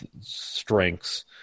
strengths